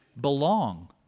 belong